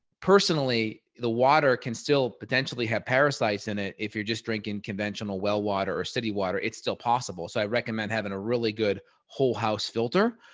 personally, the water can still potentially have parasites in it. if you're just drinking conventional well water or city water, it's still possible. so i recommend having a really good whole house filter,